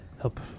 help